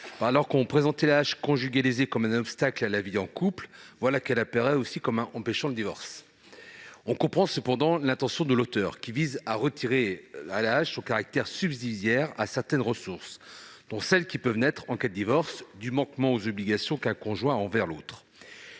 alors qu'on présentait l'AAH conjugalisée comme un obstacle à la vie en couple, voilà qu'elle apparaît aussi empêcher le divorce ! On comprend cependant l'intention de l'auteur, qui veut retirer à l'AAH son caractère subsidiaire à certaines ressources, dont celles qui peuvent naître, en cas de divorce, du manquement aux obligations qu'un conjoint a envers l'autre.